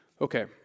Okay